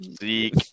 Zeke